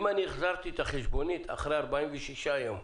אם החזרתי את החשבונית אחרי 46 יום,